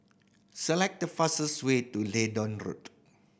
select the fastest way to Leedon Road